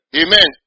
amen